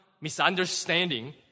misunderstanding